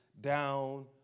down